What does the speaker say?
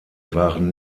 waren